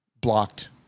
blocked